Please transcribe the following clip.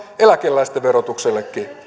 eläkeläisten verotuksestakin